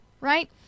right